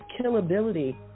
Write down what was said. killability